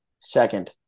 Second